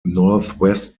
northwest